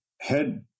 head